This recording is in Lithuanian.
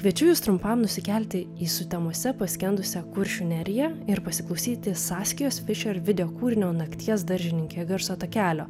kviečiu jus trumpam nusikelti į sutemose paskendusią kuršių neriją ir pasiklausyti saskijos fišer video kūrinio nakties daržininkė garso takelio